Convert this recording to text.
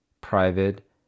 private